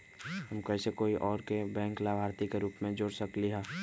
हम कैसे कोई और के बैंक लाभार्थी के रूप में जोर सकली ह?